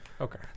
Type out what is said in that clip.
okay